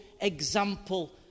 example